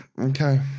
Okay